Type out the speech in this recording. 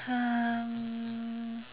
um